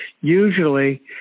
Usually